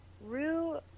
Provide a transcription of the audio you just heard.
Rue